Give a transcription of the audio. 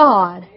God